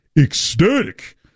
ecstatic